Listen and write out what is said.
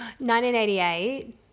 1988